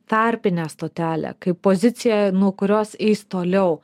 tarpinę stotelę kaip poziciją nuo kurios eis toliau